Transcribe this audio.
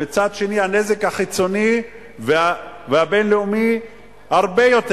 ומצד שני, הנזק החיצוני והבין-לאומי הרבה יותר.